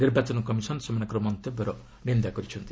ନିର୍ବାଚନ କମିଶନ୍ ସେମାନଙ୍କର ମନ୍ତବ୍ୟର ନିନ୍ଦା କରିଛନ୍ତି